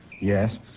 Yes